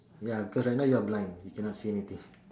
ya cause right now you're blind you can not see anything